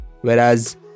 whereas